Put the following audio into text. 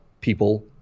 people